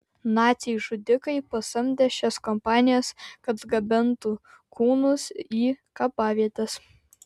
naciai žudikai pasamdė šias kompanijas kad gabentų kūnus į kapavietes